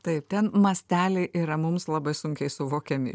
taip ten masteliai yra mums labai sunkiai suvokiami